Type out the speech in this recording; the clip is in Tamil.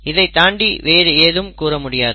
இதைத் தாண்டி வேறு ஏதும் கூற முடியாது